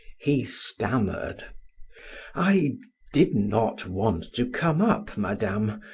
he stammered i did not want to come up, madame,